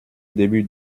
début